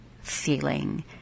feeling